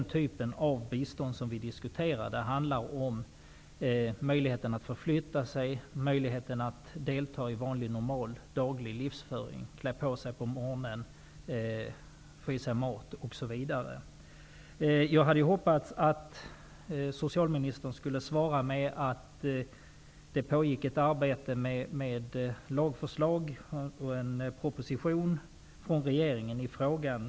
När det gäller den typ av bistånd som vi diskuterar handlar det om möjligheten att förflytta sig, om möjligheten till vanlig, normal daglig livsföring -- att klä på sig på morgonen, att få i sig mat osv. Jag hade hoppats att socialministern skulle svara att det pågår ett arbete på ett lagförslag och på en proposition från regeringen i frågan.